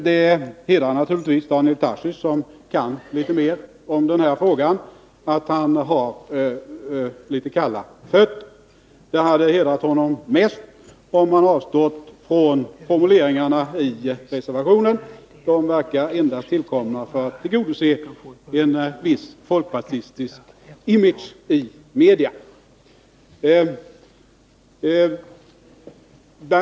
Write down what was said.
Det hedrar naturligtvis Daniel Tarschys, som kan mycket mer om den här frågan, att han har litet kalla fötter. Det hade hedrat honom mest om han avstått från formuleringarna i reservationen. De verkar tillkomna endast för att tillgodose en viss folkpartistisk image i media.